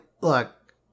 look